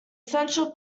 central